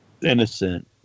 innocent